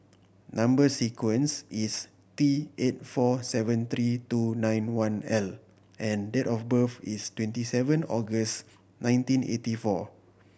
number sequence is T eight four seven three two nine one L and date of birth is twenty seven August nineteen eighty four